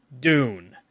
Dune